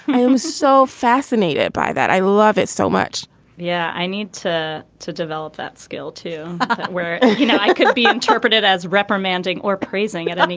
i'm so fascinated by that. i love it so much yeah. i need to to develop that skill to where you know it could be interpreted as reprimanding or praising and it.